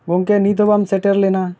ᱜᱚᱢᱠᱮ ᱱᱤᱛ ᱦᱚᱸ ᱵᱟᱢ ᱥᱮᱴᱮᱨ ᱞᱮᱱᱟ